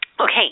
Okay